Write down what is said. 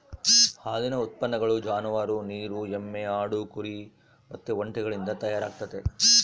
ಹಾಲಿನ ಉತ್ಪನ್ನಗಳು ಜಾನುವಾರು, ನೀರು ಎಮ್ಮೆ, ಆಡು, ಕುರಿ ಮತ್ತೆ ಒಂಟೆಗಳಿಸಿಂದ ತಯಾರಾಗ್ತತೆ